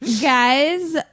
guys